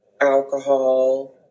alcohol